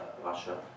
Russia